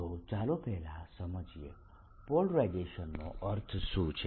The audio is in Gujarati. તો ચાલો પહેલા સમજીએ પોલરાઇઝેશનનો અર્થ શું છે